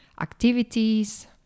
activities